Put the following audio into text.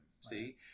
see